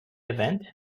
event